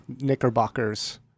knickerbockers